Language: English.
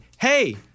hey